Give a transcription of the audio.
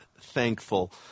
thankful